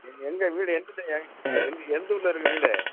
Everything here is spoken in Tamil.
எங்கள் எந்த வீடு எங்குட்டுங்க எது எந்தூரில் இருக்குது வீடு